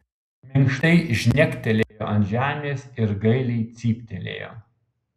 minkštai žnektelėjo ant žemės ir gailiai cyptelėjo